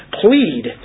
plead